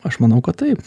aš manau kad taip